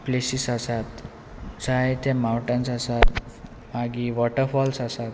places आसात जाय ते माउंटन्स आसात मागीर वॉटरफॉल्स आसात